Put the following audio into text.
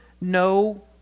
no